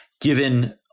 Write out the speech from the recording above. given